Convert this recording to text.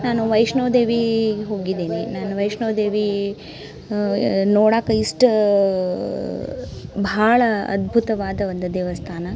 ನಾನು ವೈಷ್ಣೋದೇವಿ ಹೋಗಿದ್ದೀನಿ ನಾನು ವೈಷ್ಣೋದೇವಿ ನೋಡಕ್ಕ ಇಷ್ಟ ಭಾಳ ಅದ್ಭುತವಾದ ಒಂದು ದೇವಸ್ಥಾನ